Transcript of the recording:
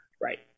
Right